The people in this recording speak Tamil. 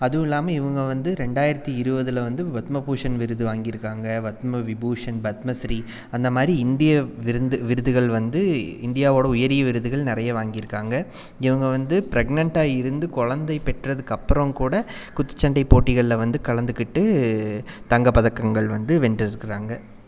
அதுவும் இல்லாமல் இவங்க வந்து ரெண்டாயிரத்தி இருவதில் வந்து பத்மபூஷன் விருது வாங்கியிருக்காங்க பத்மவிபூஷன் பத்மஸ்ரீ அந்தமாதிரி இந்திய விருந்து விருதுகள் வந்து இந்தியாவோடயா உயரிய விருதுகள் நிறையா வாங்கியிருக்காங்க இவங்க வந்து பிரெக்னென்ட்டா இருந்து குழந்தை பெற்றதுக்கு அப்பறம் கூட குத்துச்சண்டை போட்டிகளில் வந்து கலந்துக்கிட்டு தங்க பதக்கங்கள் வந்து வென்றிருக்கிறாங்க